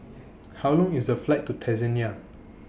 How Long IS The Flight to Tanzania